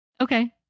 Okay